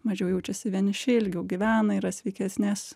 mažiau jaučiasi vieniši ilgiau gyvena yra sveikesnės